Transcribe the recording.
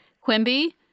Quimby